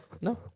No